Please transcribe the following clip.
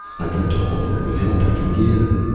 i'd like to offer any help i can give.